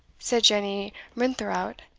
said jenny rintherout,